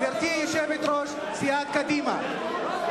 גברתי יושבת-ראש סיעת קדימה,